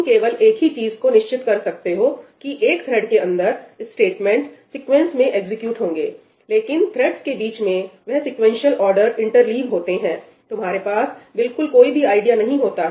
तुम केवल एक ही चीज को निश्चित कर सकते हो कि एक थ्रेड के अंदर स्टेटमेंट सीक्वेंस में एग्जीक्यूट होंगे लेकिन थ्रेडस के बीच में वह सीक्वेंशियल ऑर्डर इंटरलीव होते हैं तुम्हारे पास बिल्कुल कोई भी आईडिया नहीं होता है